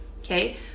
okay